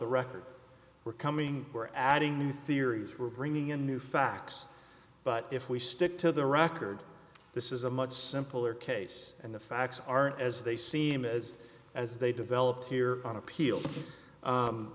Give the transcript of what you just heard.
the record we're coming we're adding new theories we're bringing in new facts but if we stick to the record this is a much simpler case and the facts aren't as they seem as as they develop here on appeal